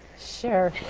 sure.